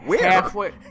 Halfway